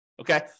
okay